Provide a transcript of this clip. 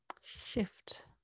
shift